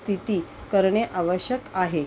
स्थिती करणे आवश्यक आहे